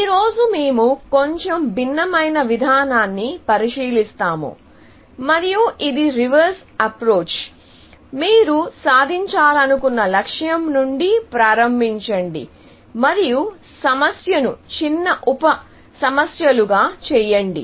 ఈ రోజు మేము కొంచెం భిన్నమైన విధానాన్ని పరిశీలిస్తాము మరియు ఇది రివర్స్ అప్రోచ్ మీరు సాధించాలనుకున్న లక్ష్యం నుండి ప్రారంభించండి మరియు సమస్యను చిన్న ఉప సమస్య లు గా చేయండి